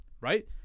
Right